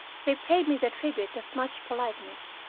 they paid me the tribute of much politeness,